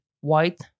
white